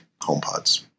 HomePods